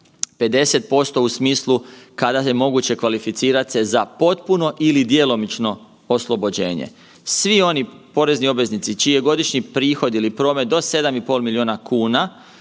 50% u smislu kada je moguće kvalificirat se za potpuno ili djelomično oslobođenje. Svi oni porezni obveznici čiji je godišnji prihod ili promet do 7,5 milijuna kuna